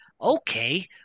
Okay